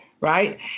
right